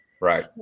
Right